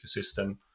ecosystem